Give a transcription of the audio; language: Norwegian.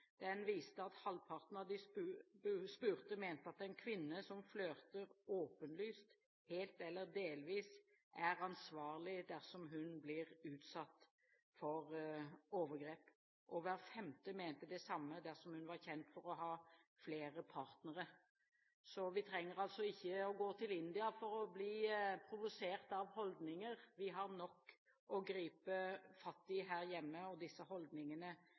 Den viste at halvparten av de spurte mente at en kvinne som flørter åpenlyst, helt eller delvis er ansvarlig dersom hun blir utsatt for overgrep. Hver femte mente det samme dersom hun var kjent for å ha flere partnere. Så vi trenger altså ikke å gå til India for å bli provosert av holdninger – vi har nok å gripe fatt i her hjemme. Disse holdningene